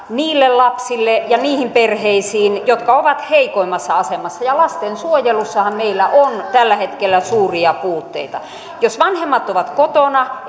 niille lapsille ja niihin perheisiin jotka ovat heikoimmassa asemassa ja lastensuojelussahan meillä on tällä hetkellä suuria puutteita jos vanhemmat ovat kotona